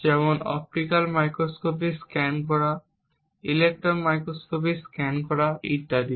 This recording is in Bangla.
যেমন অপটিক্যাল মাইক্রোস্কোপি স্ক্যান করা ইলেক্ট্রন মাইক্রোস্কোপি স্ক্যান করা ইত্যাদি